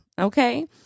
Okay